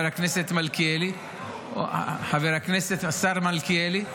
חבר הכנסת מלכיאלי,